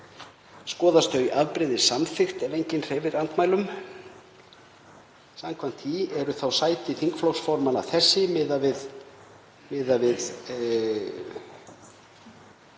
Skoðast þau afbrigði samþykkt ef enginn hreyfir andmælum. Samkvæmt því eru þá sæti þingflokksformanna þessi miðað við